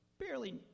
Barely